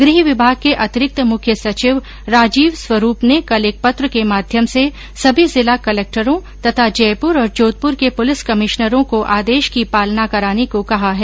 गृह विभाग के अतिरिक्त मुख्य सचिव राजीव स्वरूप ने कल एक पत्र के माध्यम से सभी जिला कलेक्टरों तथा जयपुर और जोधपुर के पुलिस कमिश्नरों को आदेश की पालना कराने को कहा है